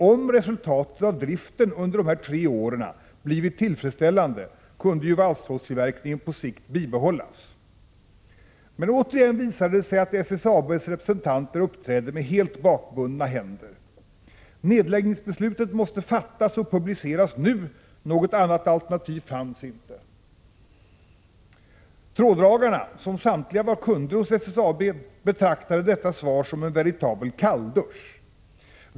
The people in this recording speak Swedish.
Om resultatet av driften under dessa tre år blir tillfredsställande kunde ju valstrådstillverkningen på sikt bibehållas. Men återigen visade det sig att SSAB:s representanter uppträdde med helt bakbundna händer! Nedläggningsbeslutet måste fattas och publiceras nu — något annat alternativ fanns inte. Tråddragerierna, som samtliga var kunder hos SSAB, betraktade detta svar som en veritabel kalldusch.